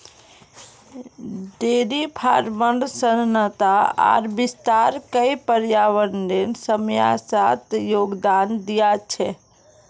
dairy फार्मेर सघनता आर विस्तार कई पर्यावरनेर समस्यात योगदान दिया छे